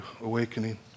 awakening